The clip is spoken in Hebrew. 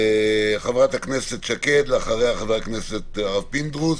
חברת הכנסת שקד ואחריה חבר הכנסת הרב פינדרוס.